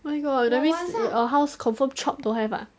where got that means your house confirm chop don't have ah